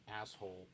asshole